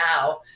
now